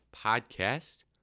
podcast